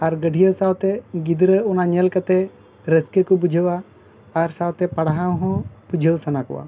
ᱟᱨ ᱜᱟᱹᱰᱤᱭᱟᱹᱣ ᱥᱟᱶ ᱛᱮ ᱜᱤᱫᱽᱨᱟᱹ ᱚᱱᱟ ᱧᱮᱞ ᱠᱟᱛᱜ ᱨᱟᱹᱥᱠᱟᱹ ᱠᱚ ᱵᱩᱡᱷᱟᱹᱣᱟ ᱟᱨ ᱥᱟᱶᱛᱮ ᱯᱟᱲᱦᱟᱣ ᱦᱚᱸ ᱵᱩᱡᱷᱟᱹᱣ ᱥᱟᱱᱟ ᱠᱚᱣᱟ